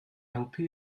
helpu